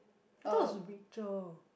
I thought is Rachel